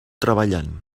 treballant